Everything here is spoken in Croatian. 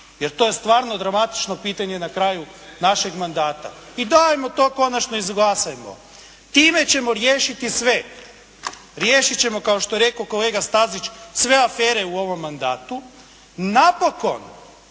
jer to je stvarno dramatično pitanje na kraju našeg mandata. I dajmo to konačno izglasamo. Time ćemo riješiti sve, riješiti ćemo kao što je rekao kolega Stazić sve afere u ovom mandatu. Napokon